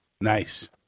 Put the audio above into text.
Nice